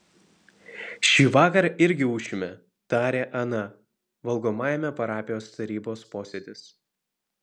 šįvakar irgi ūšime tarė ana valgomajame parapijos tarybos posėdis